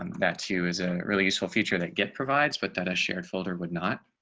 um that too is a really useful feature that get provides but that a shared folder would not